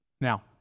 Now